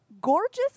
gorgeous